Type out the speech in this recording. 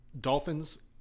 dolphins